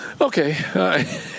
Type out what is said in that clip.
Okay